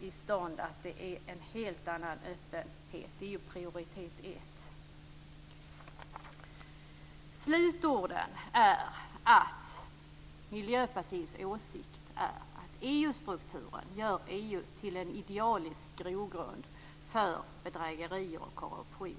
tillträder att det är en helt annan öppenhet. Det har högsta prioritet. Slutorden är att Miljöpartiets åsikt är att EU strukturen gör EU till en idealisk grogrund för bedrägerier och korruption.